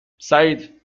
سعید